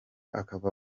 akava